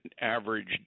average